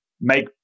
make